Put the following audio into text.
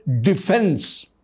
Defense